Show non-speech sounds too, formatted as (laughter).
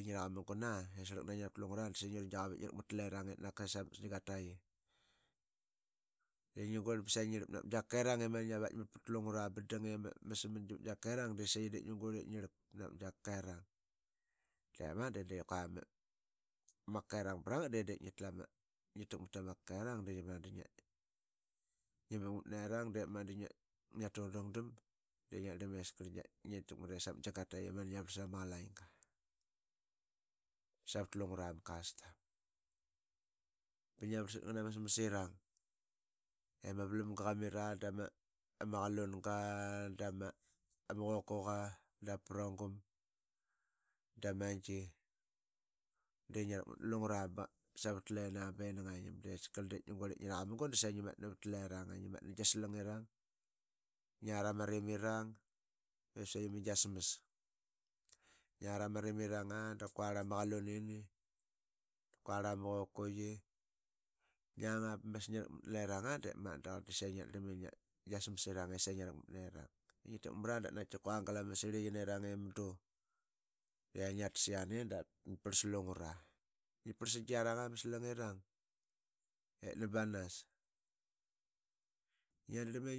Ngi raqa mugun aa i srlak na ngi navat lungura da saqi ngia ru gia qavap i ngi rakmat ta lerang aa ip naka samat gia gataqi. I ngi guirl ba ngia rlap gia navat gia kakerang i mani ngia vakmat pat lungura ba dang i ama samangi mat gia kakerang brangat de diip ngi tlu ma. ngi takmat ta ma kakerang diip mangat da ngi dangdam de ngiat drlam i kiaskarl ngi takmara ip samat gia gataqia i mani ngia varlsarama qalainga (unintelligible) savat lungra ma custom. Ba ngia varlsat ngana ma smas irang i ama valamga qa mira. ola ngana ma qalunga. da ma ama qokoqa. ola ma praum da ma gi de ngia rakmat na lungura ba (unintelligible) savat lina ini ngangim. De askarl diip ngi guirl ip ngi raqamugun da saqi ngitmatnna gia slang irang. ngiarama rimirang aa ip sa qa ma gia smas ngiarama rimirang aa. da kua ama qalunini. kuarl ama qokoqi. Ngiang aa ba masna ngia rakmat na lerang aa diip ma da qarl da saqi ngia drlam i gia smas irang i sagi ngia rakmat nirang i ngi takmara dap kua gal gia sirliqai nirang amdu iya ngiatas yiane dap ngia parl sa lungura. Ngi parl sa gi yarang aa ma smas rang itna banas (unintelligible) ngia darlami (unintelligible)